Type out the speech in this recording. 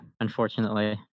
unfortunately